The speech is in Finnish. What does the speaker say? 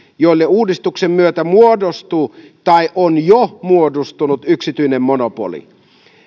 joille uudistuksen myötä muodostuu tai on jo muodostunut yksityinen monopoli